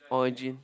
origin